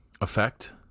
effect